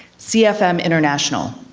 cfm international.